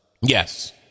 yes